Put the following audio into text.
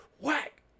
whack